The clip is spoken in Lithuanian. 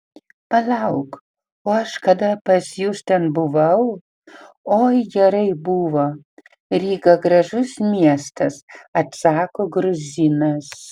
palauk o aš kada pas jus ten buvau oi gerai buvo ryga gražus miestas atsako gruzinas